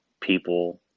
people